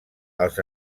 als